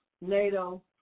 NATO